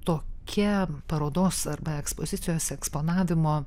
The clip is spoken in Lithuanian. tokia parodos arba ekspozicijos eksponavimo